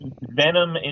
Venom